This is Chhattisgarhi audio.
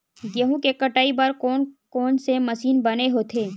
गेहूं के कटाई बर कोन कोन से मशीन बने होथे?